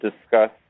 discuss